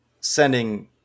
sending